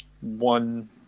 one